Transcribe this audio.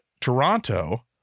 toronto